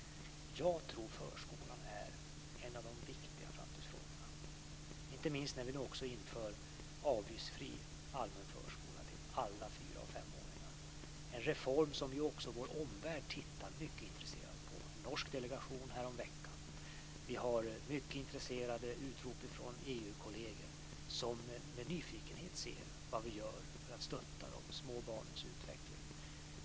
Jag tror att förskolan är en av de viktiga framtidsfrågorna, inte minst när vi nu också inför en avgiftsfri allmän förskola för alla fyra och femåringar. Det är en reform som också vår omvärld tittar mycket intresserat på. Det kom en norsk delegation häromveckan, och vi hör många intresserade utrop från EU-kolleger som med nyfikenhet ser vad vi gör för att stötta de små barnens utveckling.